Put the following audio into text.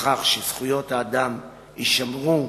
לכך שזכויות האדם יישמרו,